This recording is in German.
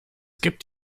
gibt